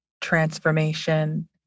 transformation